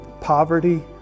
poverty